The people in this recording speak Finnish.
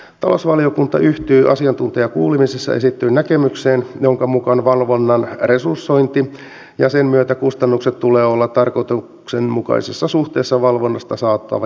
talousvaliokunta yhtyy asiantuntijakuulemisessa esitettyyn näkemykseen jonka mukaan valvonnan resursoinnin ja sen myötä kustannusten tulee olla tarkoituksenmukaisessa suhteessa valvonnasta saataviin hyötyihin